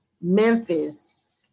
Memphis